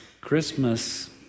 Christmas